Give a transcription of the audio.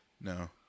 No